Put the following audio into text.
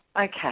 okay